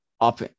up